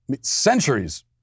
centuries